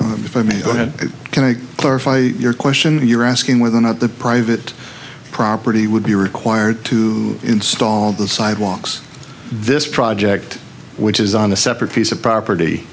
if i may go ahead can i clarify your question you're asking whether or not the private property would be required to install the sidewalks this project which is on a separate piece of property